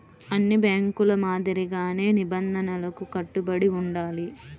అన్ని బ్యేంకుల మాదిరిగానే నిబంధనలకు కట్టుబడి ఉండాలి